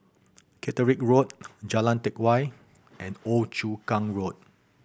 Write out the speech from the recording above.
Caterick Road Jalan Teck Whye and Old Chu Kang Road